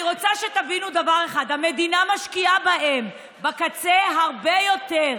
אני רוצה שתבינו דבר אחד: המדינה משקיעה בהם בקצה הרבה יותר,